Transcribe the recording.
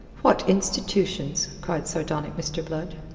what intuitions! cried sardonic mr. blood.